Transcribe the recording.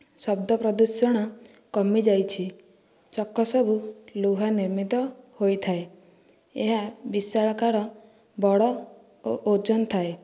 ଶବ୍ଦ ପ୍ରଦୂଷଣ କମିଯାଇଛି ଚକ ସବୁ ଲୁହା ନିର୍ମିତ ହୋଇଥାଏ ଏହା ବିଶାଳାକାର ବଡ଼ ଓ ଓଜନ ଥାଏ